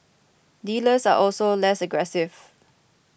dealers are also less aggressive